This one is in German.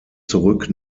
zurück